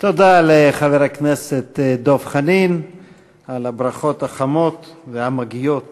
תודה לחבר הכנסת דב חנין על הברכות החמות והמגיעות